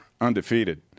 undefeated